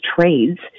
trades